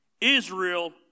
Israel